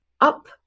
up